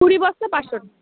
কুড়ি বস্তা পাঁচশো